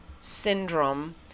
syndrome